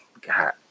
God